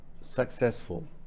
successful